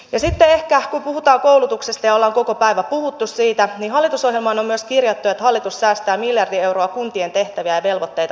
ja sitten ehkä kun nyt puhutaan koulutuksesta ja ollaan siitä koko päivä puhuttu siitä että hallitusohjelmaan on myös kirjattu että hallitus säästää miljardi euroa kuntien tehtäviä ja velvoitteita vähentämällä